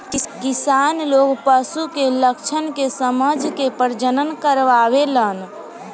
किसान लोग पशु के लक्षण के समझ के प्रजनन करावेलन